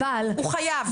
הוא חייב.